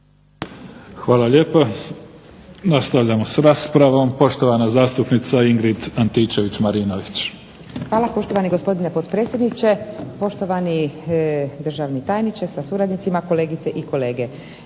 Hvala lijepa. Nastavljamo s raspravom. Poštovana zastupnica Ingrid Antičević Marinović. **Antičević Marinović, Ingrid (SDP)** Hvala. Poštovani gospodine potpredsjedniče, poštovani državni tajniče sa suradnicima, kolegice i kolege